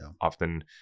often